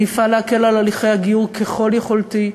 אני אפעל להקלת הליכי הגיור ככל יכולתי.